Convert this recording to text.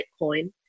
Bitcoin